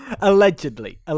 Allegedly